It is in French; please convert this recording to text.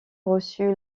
reçu